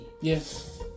Yes